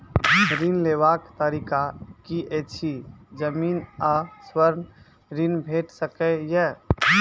ऋण लेवाक तरीका की ऐछि? जमीन आ स्वर्ण ऋण भेट सकै ये?